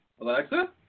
Alexa